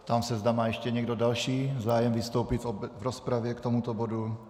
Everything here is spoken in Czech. Ptám se, zda má ještě někdo další zájem vystoupit v obecné rozpravě k tomuto bodu.